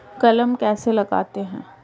कलम कैसे लगाते हैं?